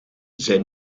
zijn